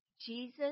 Jesus